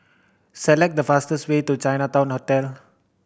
select the fastest way to Chinatown Hotel